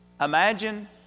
Imagine